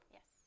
Yes